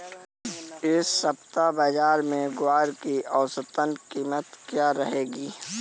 इस सप्ताह बाज़ार में ग्वार की औसतन कीमत क्या रहेगी?